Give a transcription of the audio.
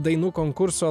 dainų konkurso